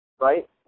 Right